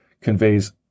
conveys